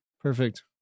Perfect